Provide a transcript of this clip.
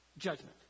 judgment